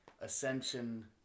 Ascension